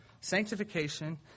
Sanctification